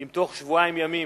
אם בתוך שבועיים ימים